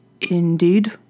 Indeed